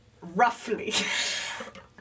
roughly